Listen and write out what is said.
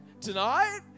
tonight